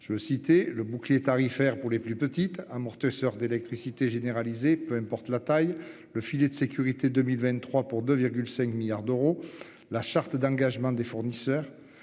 Je vais citer le bouclier tarifaire pour les plus petites amortisseurs d'électricité généralisée. Peu importe la taille, le filet de sécurité, 2023 pour 2 5 milliards d'euros. La charte d'engagement des fournisseurs.